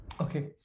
Okay